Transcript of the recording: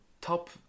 top